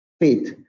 Faith